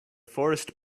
forest